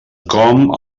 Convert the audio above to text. com